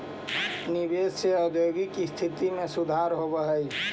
निवेश से औद्योगिक स्थिति में सुधार होवऽ हई